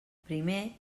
primer